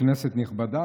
כנסת נכבדה,